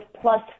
plus